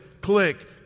click